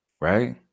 right